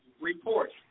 Report